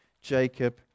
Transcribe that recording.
Jacob